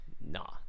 Nah